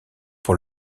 pour